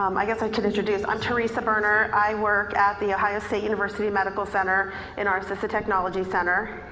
um i guess i can introduce, i'm teresa berner. i work at the ohio state university medical center in our assistant technology center.